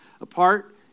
apart